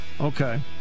okay